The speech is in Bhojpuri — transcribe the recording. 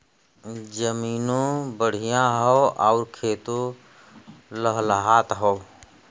जमीनों बढ़िया हौ आउर खेतो लहलहात हौ